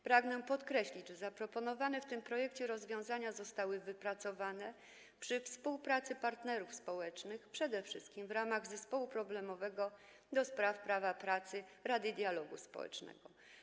Pragnę podkreślić, że zaproponowane w tym projekcie rozwiązania zostały wypracowane przy współpracy partnerów społecznych, przede wszystkim w ramach Zespołu problemowego ds. prawa pracy Rady Dialogu Społecznego.